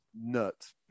Nuts